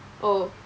oh